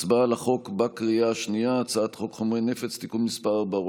הצבעה על החוק בקריאה השנייה: הצעת חוק חומרי נפץ (תיקון מס' 4,